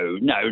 no